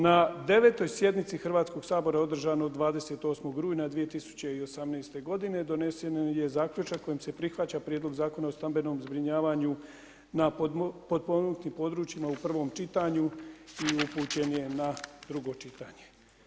Na 9. sjednici Hrvatskog sabora održane 28. rujna 2018. g. donesen je zaključak kojim se prihvaća prijedlog Zakona o stambenom zbrinjavanju na potpomognutim područjima u prvom čitanju i upućen je na drugo čitanje.